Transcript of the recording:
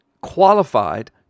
qualified